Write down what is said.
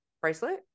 bracelet